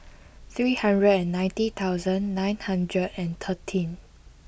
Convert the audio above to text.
three hundred and ninety thousand nine hundred and thirteen